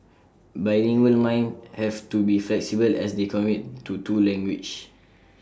bilingual minds have to be flexible as they commit to two languages